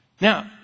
Now